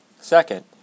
Second